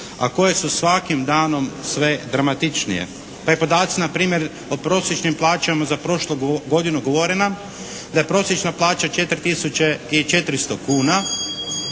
a koje su svakim danom sve dramatičnije. Pa i podaci na primjer o prosječnim plaćama za prošlu godinu govore nam da je prosječna plaća 4 tisuće